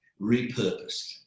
repurposed